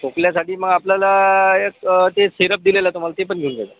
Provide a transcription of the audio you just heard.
खोकल्यासाठी मग आपल्याला एक ते सिरप दिलेलं तुम्हाला ते पण घेऊन घ्या